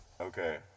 okay